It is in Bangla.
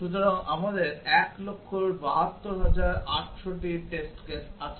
সুতরাং আমাদের 172800 টি টেস্ট কেস আছে